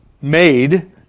made